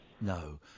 No